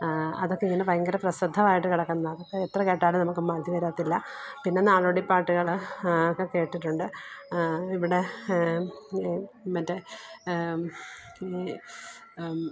അതൊക്കെ ഇങ്ങനെ ഭയങ്കര പ്രസിദ്ധമായിട്ട് കിടക്കുന്ന എത്ര കേട്ടാലും നമുക്ക് മതിവരത്തില്ല പിന്നെ നാടോടി പാട്ടുകള് അതൊക്കെ കേട്ടിട്ടുണ്ട് ഇവിടെ മറ്റേ